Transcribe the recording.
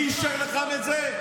מי אישר לכם את זה?